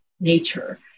nature